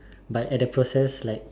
but at the process like